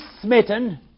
smitten